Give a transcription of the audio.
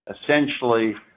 essentially